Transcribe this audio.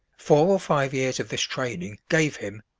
four or five years of this training gave him,